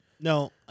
No